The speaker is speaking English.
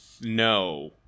no